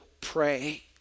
pray